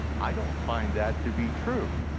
i don't find that to be true.